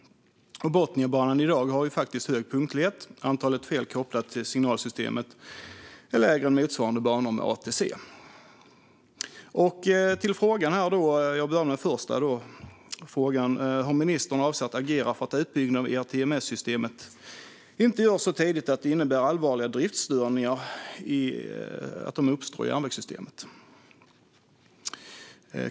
Botniabanan har i dag hög punktlighet, och antalet fel kopplade till signalsystemet är lägre än på motsvarande banor med ATC. Nu till mina frågor, och jag börjar med den första: Hur avser ministern att agera för att utbyggnaden av ERTMS-systemet inte görs så tidigt att det innebär att allvarliga driftsstörningar uppstår i järnvägssystemet?